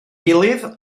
gilydd